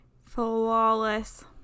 Flawless